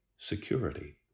security